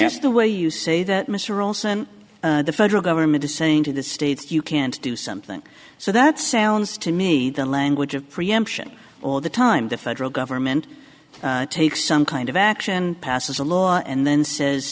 just the way you say that mr olson the federal government is saying to the states you can't do something so that sounds to me the language of preemption all the time the federal government takes some kind of action passes a law and then says